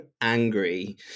angry